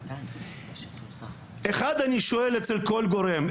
א' אני שואל אצל כל גורם,